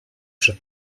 przed